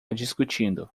discutindo